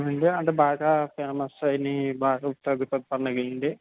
అవునండి అంటే బాగా ఫేమస్ అయినవి బాగా అండి